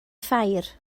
ffair